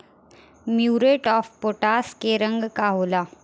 Muriate of potash के रंग का होला?